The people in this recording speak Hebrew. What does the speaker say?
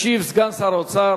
ישיב סגן שר האוצר,